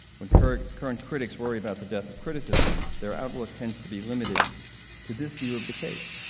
when current current critics worry about the death of criticism, their outlook tends to be limited to this view of the case.